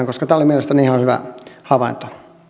koska tämä oli mielestäni ihan hyvä havainto